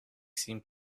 seemed